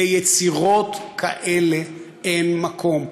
ליצירות כאלה אין מקום.